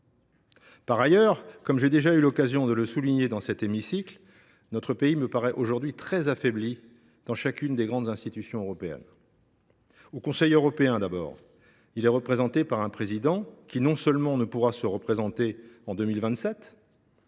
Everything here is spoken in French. Par ailleurs, comme j’ai déjà eu l’occasion de le souligner dans cet hémicycle, notre pays me paraît aujourd’hui très affaibli dans chacune des grandes institutions européennes. Au Conseil européen, il est représenté par un Président de la République qui non seulement ne pourra se représenter en 2027,